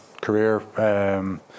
career